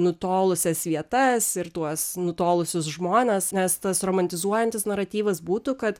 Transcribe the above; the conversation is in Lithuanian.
nutolusias vietas ir tuos nutolusius žmones nes tas romantizuojantis naratyvas būtų kad